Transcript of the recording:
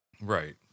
right